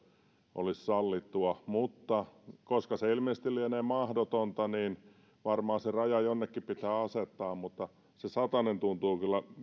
olisi sallittua mutta koska se ilmeisesti lienee mahdotonta niin varmaan se raja jonnekin pitää asettaa mutta se satanen tuntuu kyllä